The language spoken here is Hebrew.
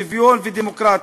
שוויון ודמוקרטיה.